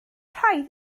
rhaid